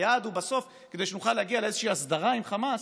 היעד הוא בסוף כדי שנוכל להגיע לאיזושהי הסדרה עם חמאס,